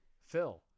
Phil